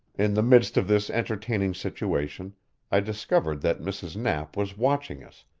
in the midst of this entertaining situation i discovered that mrs. knapp was watching us,